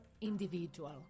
individual